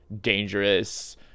dangerous